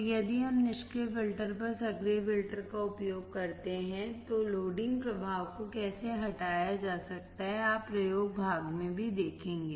तो यदि हम निष्क्रिय फिल्टर पर सक्रिय फिल्टर का उपयोग करते हैं तो लोडिंग प्रभाव को कैसे हटाया जा सकता है आप प्रयोग भाग में भी देखेंगे